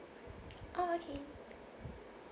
oh okay